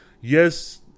Yes